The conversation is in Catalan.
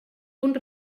punt